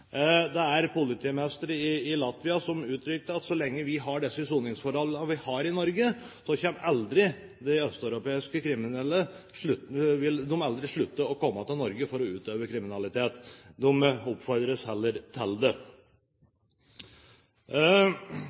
Det er politimestere i Latvia som uttrykker at så lenge vi har de soningsforholdene vi har i Norge, vil de østeuropeiske kriminelle aldri slutte å komme til Norge for utøve kriminalitet. De oppfordres heller til det.